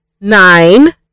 nine